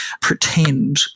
pretend